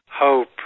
hope